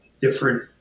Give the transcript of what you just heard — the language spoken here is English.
different